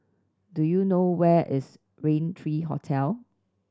do you know where is Rain Three Hotel